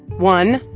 one,